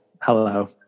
hello